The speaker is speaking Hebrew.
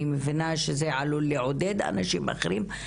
אני מבינה שזה עלול לעודד אנשים אחרים,